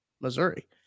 Missouri